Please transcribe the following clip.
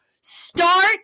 start